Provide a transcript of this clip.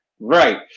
Right